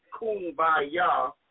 Kumbaya